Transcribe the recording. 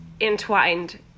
entwined